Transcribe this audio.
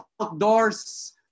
outdoors